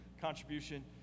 contribution